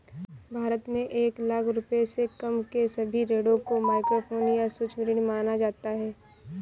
भारत में एक लाख रुपए से कम के सभी ऋणों को माइक्रोलोन या सूक्ष्म ऋण माना जा सकता है